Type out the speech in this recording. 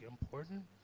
important